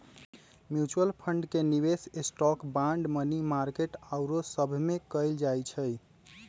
mutual fund के निवेश stock, bond, money market आउरो सभमें कएल जाइ छइ